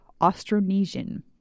Austronesian